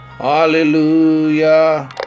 Hallelujah